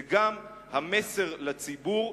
זה גם המסר לציבור,